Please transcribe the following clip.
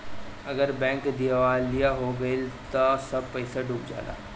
अगर बैंक दिवालिया हो गइल त सब पईसा डूब जाला